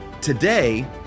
Today